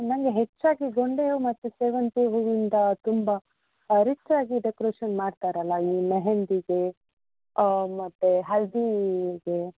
ನನ್ಗೆ ಹೆಚ್ಚಾಗಿ ಗೊಂಡೆ ಹೂ ಮತ್ತು ಸೇವಂತಿ ಹೂವಿಂದ ತುಂಬ ರಿಚ್ ಆಗಿ ಡೆಕೊರೇಷನ್ ಮಾಡ್ತಾರಲ್ಲ ಈ ಮೆಹಂದಿಗೆ ಮತ್ತೆ ಹಳದಿಗೆ